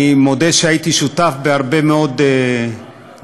אני מודה שהייתי שותף בהרבה מאוד דיונים,